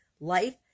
life